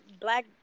black